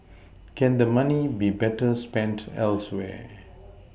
can the money be better spent elsewhere